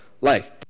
life